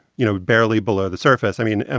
you know, barely below the surface. i mean, and